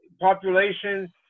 population